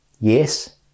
yes